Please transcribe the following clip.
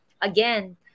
Again